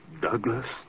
Douglas